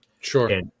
Sure